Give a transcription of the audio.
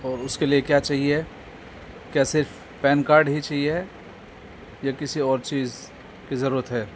اور اس کے لیے کیا چاہیے کیا صرف پین کارڈ ہی چاہیے یا کسی اور چیز کی ضرورت ہے